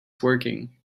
working